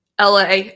LA